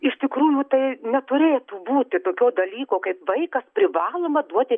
iš tikrųjų tai neturėtų būti tokio dalyko kaip vaikas privaloma duoti